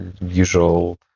usual